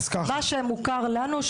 מה שמוכר לנו,